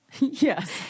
Yes